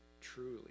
truly